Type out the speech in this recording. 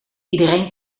iedereen